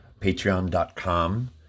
patreon.com